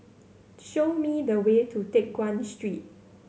show me the way to Teck Guan Street